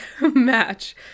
match